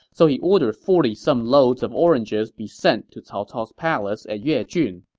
so he ordered forty some loads of oranges be sent to cao cao's palace at yejun.